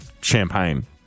champagne